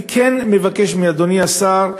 אני כן מבקש מאדוני השר,